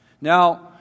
Now